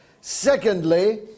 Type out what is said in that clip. Secondly